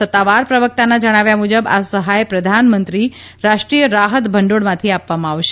સત્તાવાર પ્રવક્તાના જણાવ્યા મુજબ આ સહાય પ્રધાનમંત્રી રાષ્ટ્રીય રાહત ભંડોળમાંથી આપવામાં આવશે